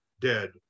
dead